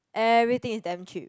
everything is damn cheap